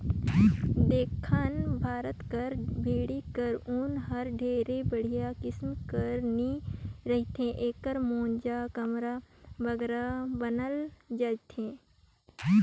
दक्खिन भारत कर भेंड़ी कर ऊन हर ढेर बड़िहा किसिम कर नी रहें एकर मोजा, कमरा बगरा बनाल जाथे